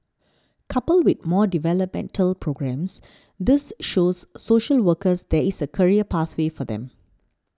coupled with more developmental programmes this shows social workers there is a career pathway for them